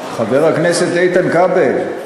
חבר הכנסת איתן כבל,